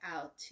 out